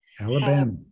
Alabama